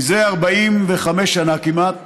זה 45 שנה כמעט,